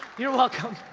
you're welcome.